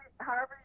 Harvey